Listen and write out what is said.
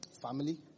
family